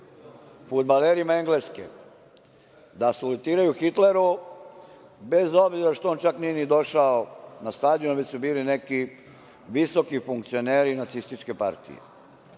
fudbalerima Engleske da salutiraju Hitleru bez obzira što on čak nije ni došao na stadion, već su bili neki visoki funkcioneri nacističke partije.